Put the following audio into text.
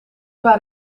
waren